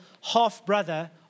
half-brother